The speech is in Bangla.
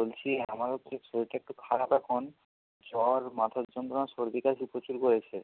বলছি আমার হচ্ছে শরীরটা একটু খারাপ এখন জ্বর মাথার যন্ত্রণা সর্দি কাশি প্রচুর হয়েছে